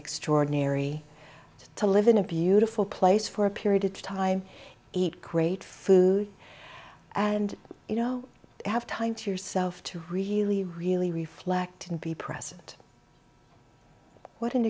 extraordinary to live in a beautiful place for a period of time eat great food and you know have time to yourself to really really reflect and be present what an